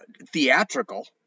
theatrical